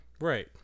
right